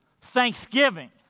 thanksgiving